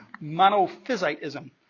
Monophysitism